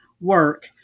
work